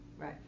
right